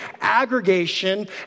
aggregation